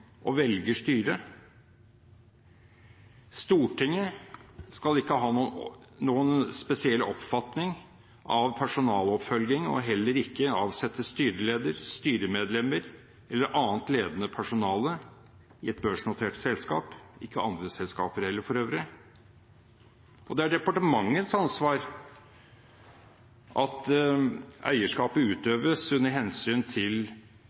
og velger styre. Stortinget skal ikke ha noen spesiell oppfatning av personaloppfølging og heller ikke avsette styreleder, styremedlemmer eller annet ledende personale i et børsnotert selskap – ikke andre selskaper heller, for øvrig. Det er departementets ansvar at eierskapet utøves under hensyn til